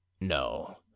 no